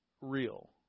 real